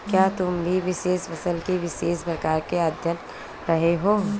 क्या तुम विशेष फसल के विशेष प्रकार का अध्ययन कर रहे हो?